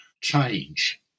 change